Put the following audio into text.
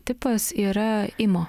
tipas yra imo